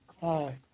Hi